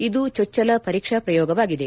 ಇದು ಚೊಚ್ಚಲ ಪರೀಕ್ಷಾ ಪ್ರಯೋಗವಾಗಿದೆ